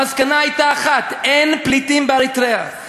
המסקנה הייתה אחת: אין פליטים באריתריאה.